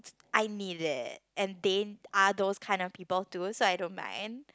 I need it and they are those kind of people to so I don't mind